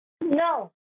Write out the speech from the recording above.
No